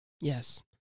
Yes